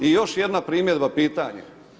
I još jedna primjedba pitanja.